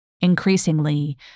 Increasingly